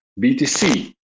BTC